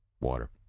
water